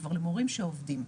כבר למורים שעובדים.